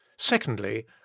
secondly